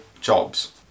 jobs